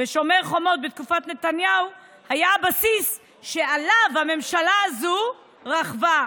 ב"שומר חומות" בתקופת נתניהו היה הבסיס שעליו הממשלה הזאת רכבה,